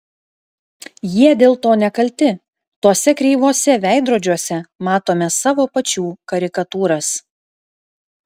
jie dėl to nekalti tuose kreivuose veidrodžiuose matome savo pačių karikatūras